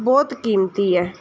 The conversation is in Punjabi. ਬਹੁਤ ਕੀਮਤੀ ਹੈ